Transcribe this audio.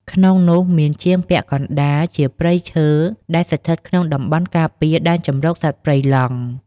ក្នុងនោះ មានជាងពាក់កណ្តាលជាព្រៃឈើដែលស្ថិតក្នុងតំបន់ការពារដែនជម្រកសត្វព្រៃឡង់។